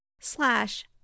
slash